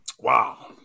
Wow